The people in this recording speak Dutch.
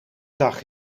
dag